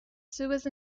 sewers